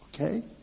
Okay